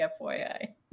FYI